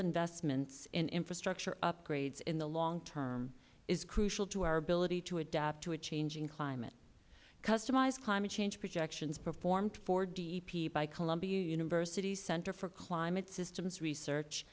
investments in infrastructure upgrades in the long term is crucial to our ability to adapt to a changing climate customized climate change projections performed for dep by columbia university's center for climate systems research